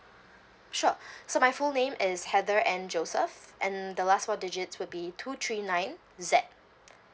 sure so my full name is heather ann joseph and the last four digits would be two three nine Z